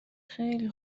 خیلی